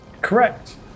Correct